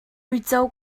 uico